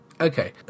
okay